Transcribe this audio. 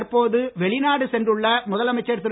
தற்போது வெளிநாடு சென்றுள்ள முதலமைச்சர் திரு